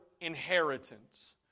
inheritance